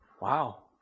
Wow